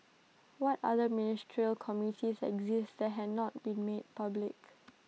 what other ministerial committees exist that had not been made public